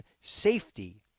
safety